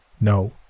No